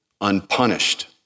unpunished